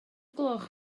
gloch